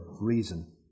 reason